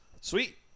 Sweet